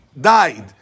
died